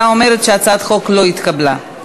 התוצאה אומרת שהצעת החוק לא התקבלה.